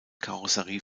karosserie